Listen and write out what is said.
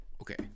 Okay